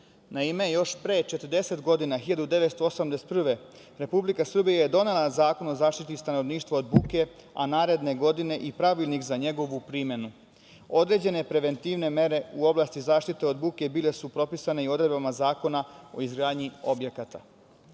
Naime, još pre 40 godina, 1981. godine, Republika Srbija donela je Zakon o zaštiti stanovništva od buke, a naredne godine i pravilnik za njegovu primenu. Određene preventivne mere u oblasti zaštite od buke bile su propisane i odredbama Zakona o izgradnji objekata. Sa